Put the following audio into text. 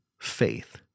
faith